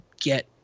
get